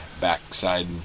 backside